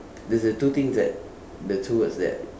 there's a two things that the two words that